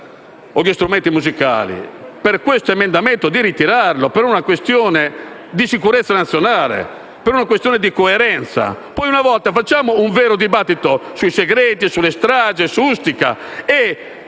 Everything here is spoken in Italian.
o gli strumenti musicali - di ritirare questo emendamento per una questione di sicurezza nazionale, per una questione di coerenza. Per una volta facciamo un vero dibattito sui segreti, sulle stragi, su Ustica.